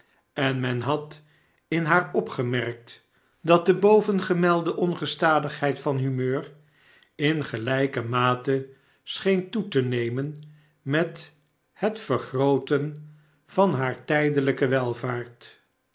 en men had in haar opgemerkt dat de bovengemelde ongestadigheid van humeur in gelijke mate scheen toe te nemen met het vergrooten van hare tijdelijke welvaart